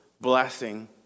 blessing